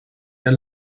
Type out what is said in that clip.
der